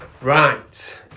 right